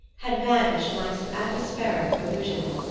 had vanished like some atmospheric illusion.